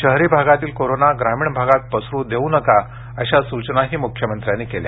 शहरी भागातील कोरोना ग्रामीण भागात पसरू देऊ नका अशा सूचनाही मुख्यमंत्र्यांनी केल्या